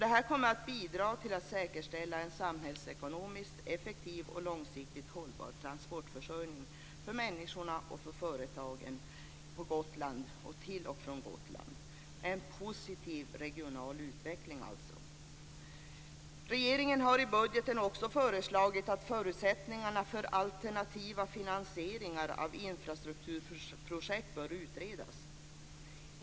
Det här kommer att bidra till att säkerställa en samhällsekonomiskt effektiv och långsiktigt hållbar transportförsörjning för människorna och företagen på Gotland och till och från Gotland - en positiv regional utveckling alltså. Regeringen har i budgeten också föreslagit att förutsättningarna för alternativa finansieringar av infrastrukturprojekt bör utredas.